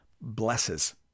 blesses